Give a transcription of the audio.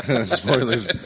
Spoilers